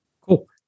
Cool